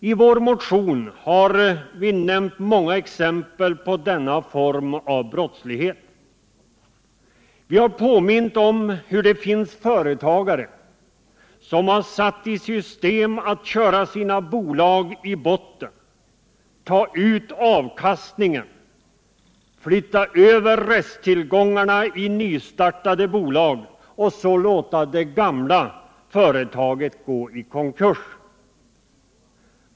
I vår motion har vi nämnt många exempel på denna form av brottslighet. Vi har påmint om hur det finns företagare som satt i system att köra sina bolag i botten, ta ut avkastningen, flytta över resttillgångar i nystartade bolag och så låta det gamla företaget gå i konkurs.